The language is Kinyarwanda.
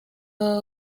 waba